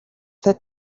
that